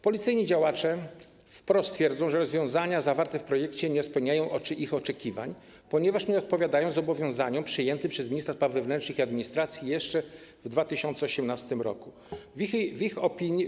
Policyjni działacze wprost twierdzą, że rozwiązania zawarte w projekcie nie spełniają ich oczekiwań, ponieważ nie odpowiadają zobowiązaniom przyjętym przez ministra spraw wewnętrznych i administracji jeszcze w 2018 r.